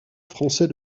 français